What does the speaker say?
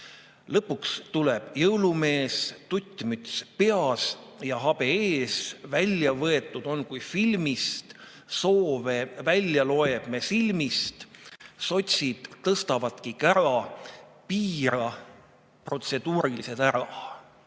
"Lõpuks tuleb jõulumees tuttmüts peas ja habe ees. Välja võetud on kui filmist, soove välja loeb me silmist. Sotsid tõstavadki kära: "Piira protseduurilised ära!""